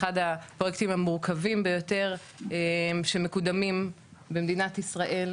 פרויקט אחד הפרויקטים המורכבים ביותר שמקודמים במדינת ישראל.